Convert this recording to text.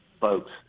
folks